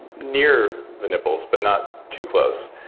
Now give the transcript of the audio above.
near the nipples, but not too close.